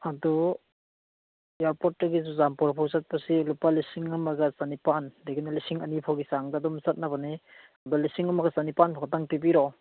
ꯑꯗꯨ ꯏꯌꯥꯔꯄꯣꯔꯠꯇꯒꯤ ꯆꯨꯔꯆꯥꯟꯄꯨꯔ ꯐꯥꯎ ꯆꯠꯄꯁꯤ ꯂꯨꯄꯥ ꯂꯤꯁꯤꯡ ꯑꯃꯒ ꯆꯅꯤꯄꯥꯟꯗꯒꯤꯅ ꯂꯤꯁꯤꯡ ꯑꯅꯤ ꯐꯥꯎꯒꯤ ꯆꯥꯡꯗ ꯑꯗꯨꯝ ꯆꯠꯅꯕꯅꯤ ꯑꯗꯣ ꯂꯤꯁꯤꯡ ꯑꯃꯒ ꯆꯅꯤꯄꯥꯟ ꯐꯥꯎꯇꯪ ꯄꯤꯕꯤꯔꯛꯑꯣ